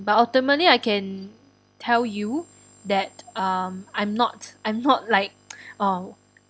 but ultimately I can tell you that um I'm not I'm not like uh